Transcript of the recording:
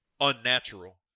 unnatural